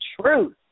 truth